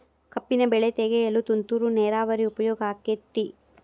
ಕಬ್ಬಿನ ಬೆಳೆ ತೆಗೆಯಲು ತುಂತುರು ನೇರಾವರಿ ಉಪಯೋಗ ಆಕ್ಕೆತ್ತಿ?